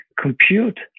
compute